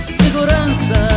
segurança